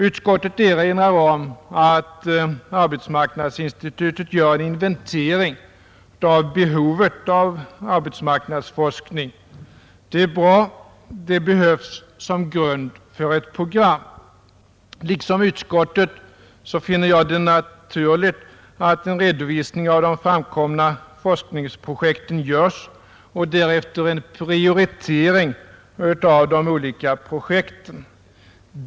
Utskottet erinrar om att arbetsmarknadsinstitutet gör en inventering av behovet av arbetsmarknadsforskning. Det är bra, det behövs som grund för ett program. Liksom utskottet finner jag det naturligt att en redovisning av de framkomna forskningsprojekten och därefter en prioritering av de olika projekten görs.